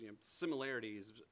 similarities